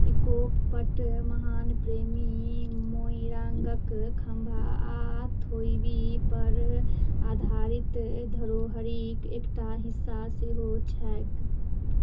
इकोप पट महान प्रेमी मोइरांगक खम्भा आ थोइबी पर आधारित धरोहरिक एकटा हिस्सा सेहो छैक